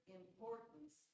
importance